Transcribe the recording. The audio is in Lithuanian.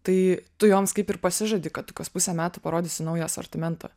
tai tu joms kaip ir pasižadi kad tu kas pusę metų parodysi naują asortimentą